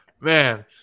Man